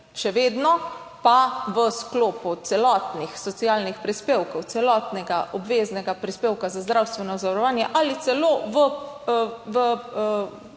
še vedno pa v sklopu celotnih socialnih prispevkov, celotnega obveznega prispevka za zdravstveno zavarovanje ali celo v